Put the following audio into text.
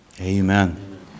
Amen